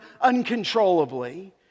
uncontrollably